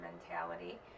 mentality